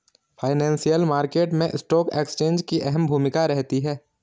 financial market मैं stock exchange की अहम भूमिका रहती है